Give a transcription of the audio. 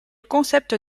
concept